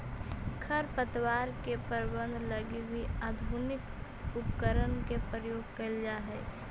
खरपतवार के प्रबंधन लगी भी आधुनिक उपकरण के प्रयोग कैल जा हइ